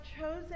chosen